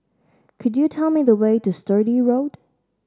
could you tell me the way to Sturdee Road